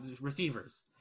receivers